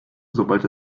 sobald